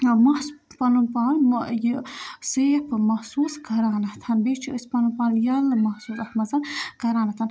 مَس پَنُن پان یہِ سیف محسوٗس کَران بیٚیہِ چھِ أسۍ پَنُن پان ییٚلہٕ محسوٗس اَتھ منٛز کَران